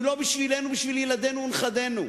אם לא בשבילנו, בשביל ילדינו ונכדינו.